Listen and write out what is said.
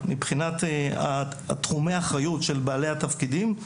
מבחינת תחומי האחריות של בעלי התפקידים.